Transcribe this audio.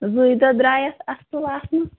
زٕے دۄہ درٛایس اَصٕل اَتھ مَنٛز